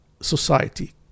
society